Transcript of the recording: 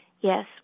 Yes